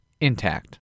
Intact